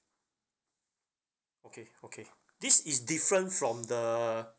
okay okay this is different from the